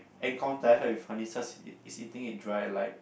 encounter he's eating it dry like